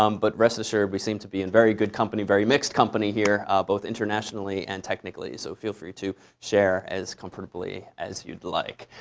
um but rest assured, we seem to be in very good company very mixed company here, both internationally and technically. so feel free to share as comfortably as you'd like.